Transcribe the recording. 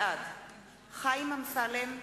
בעד חיים אמסלם,